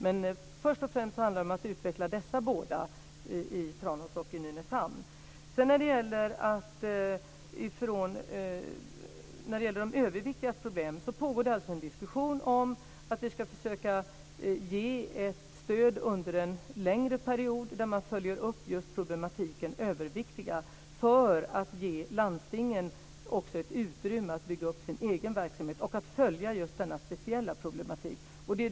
Men först och främst handlar det om att utveckla dessa båda centrer i Tranås och i Det pågår en diskussion om att vi ska försöka ge ett stöd under en längre period där man följer upp de överviktigas problem för att ge landstingen ett utrymme att bygga upp sin egen verksamhet. Där ska man kunna följa denna speciella problematik.